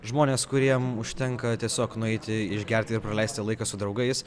žmonės kuriem užtenka tiesiog nueiti išgerti ir praleisti laiką su draugais